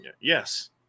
Yes